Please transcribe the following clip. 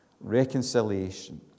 reconciliation